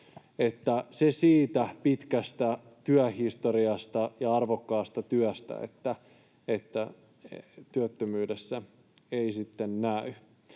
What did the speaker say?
se siitä pitkästä työhistoriasta ja arvokkaasta työstä — työttömyydessä ne eivät sitten näy.